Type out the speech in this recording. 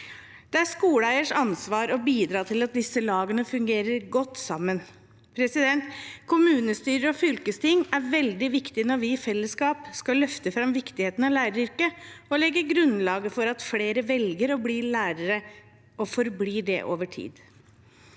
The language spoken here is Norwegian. Det er skoleeiers ansvar å bidra til at disse lagene fungerer godt sammen. Kommunestyrer og fylkesting er veldig viktige når vi i fellesskap skal løfte fram viktigheten av læreryrket og legge grunnlaget for at flere velger å bli lærer – og forblir det over tid.